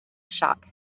shock